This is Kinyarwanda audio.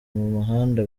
muhanda